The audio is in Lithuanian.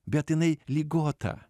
bet jinai ligota